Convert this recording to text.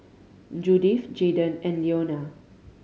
Judyth Jaydon and Leonia